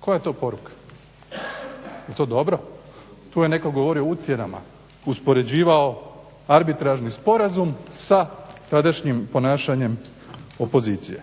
Koja je to poruka, jel to dobro? Tu je netko govorio o ucjenama, uspoređivao arbitražnim sporazum sa tadašnjim ponašanjem opozicije.